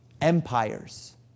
empires